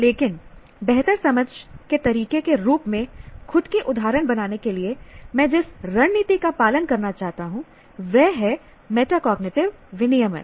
लेकिन बेहतर समझ के तरीके के रूप में खुद की उदाहरण बनाने के लिए मैं जिस रणनीति का पालन करना चाहता हूं वह है मेटाकॉग्निटिव विनियमन